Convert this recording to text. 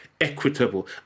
equitable